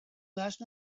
last